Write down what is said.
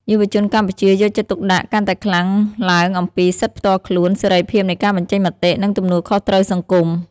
យុវជនកម្ពុជាយកចិត្តទុកដាក់កាន់តែខ្លាំងឡើងអំពីសិទ្ធិផ្ទាល់ខ្លួន សេរីភាពនៃការបញ្ចេញមតិ និងទំនួលខុសត្រូវសង្គម។